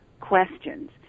questions